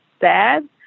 sad